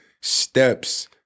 steps